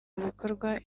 bikorwa